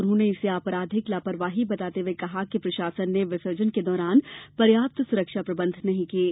उन्होंने इसे आपराधिक लापरवाही बताते हुये कहा है कि प्रशासन ने विसर्जन के दौरान पर्याप्त सुरक्षा प्रबंध नहीं किये